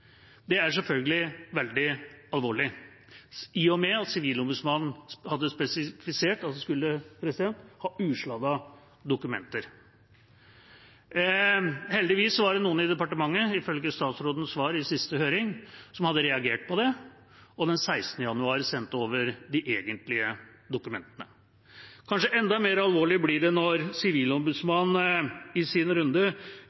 Det er selvfølgelig veldig alvorlig, i og med at Sivilombudsmannen hadde spesifisert at de skulle ha usladdede dokumenter. Heldigvis var det noen i departementet, ifølge statsrådens svar i siste høring, som hadde reagert på det og den 16. januar 2018 sendt over de egentlige dokumentene. Kanskje enda mer alvorlig blir det når